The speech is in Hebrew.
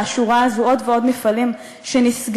לשורה הזו עוד ועוד מפעלים שנסגרים,